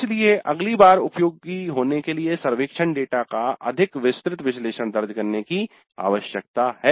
इसलिए अगली बार उपयोगी होने के लिए सर्वेक्षण डेटा का अधिक विस्तृत विश्लेषण दर्ज करने की आवश्यकता है